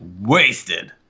wasted